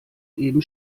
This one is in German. eben